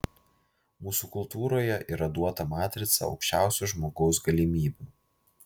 mūsų kultūroje yra duota matrica aukščiausių žmogaus galimybių